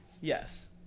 yes